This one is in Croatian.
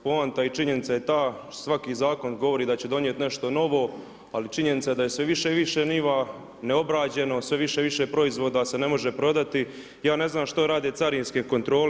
Poanta i činjenica je ta, što svaki zakon govori da će donijeti nešto novo, ali činjenica je da je sve više i više njiva neobrađeno, sve više i više proizvoda se ne može prodati i ja ne znam što rade carinske kontrole.